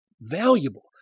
valuable